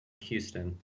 Houston